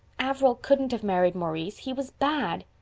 averil couldn't have married maurice. he was bad.